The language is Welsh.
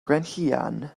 gwenllian